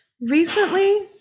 Recently